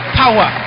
power